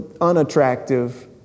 unattractive